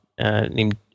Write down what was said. named